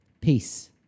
Peace